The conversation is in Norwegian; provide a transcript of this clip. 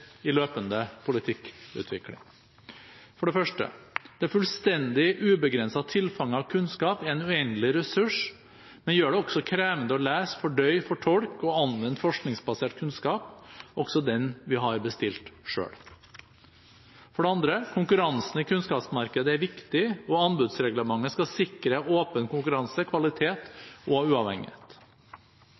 i løpende politikkutvikling: For det første: Det fullstendig ubegrensede tilfanget av kunnskap er en uendelig ressurs, men gjør det også krevende å lese, fordøye, fortolke og anvende forskningsbasert kunnskap, også den vi har bestilt selv. For det andre: Konkurransen i kunnskapsmarkedet er viktig, og anbudsreglementet skal sikre åpen konkurranse, kvalitet og uavhengighet.